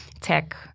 tech